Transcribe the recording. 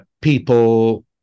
People